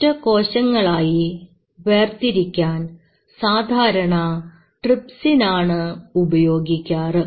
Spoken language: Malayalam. ഒറ്റ കോശങ്ങളായി വേർതിരിക്കാൻ സാധാരണ ട്രിപ്സിൻ ആണ് ഉപയോഗിക്കാറ്